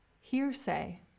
hearsay